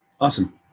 Awesome